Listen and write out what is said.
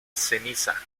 ceniza